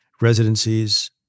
residencies